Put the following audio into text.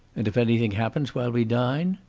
and if anything happens while we dine?